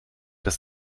das